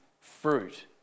fruit